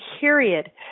period